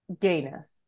gayness